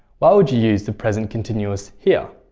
why would you use the present continuous here?